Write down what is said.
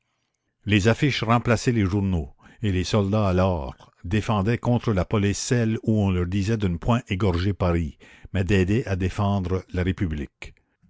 les affiches remplaçaient les journaux et les soldats alors défendaient contre la police celles où on leur disait de ne point égorger paris mais d'aider à défendre la république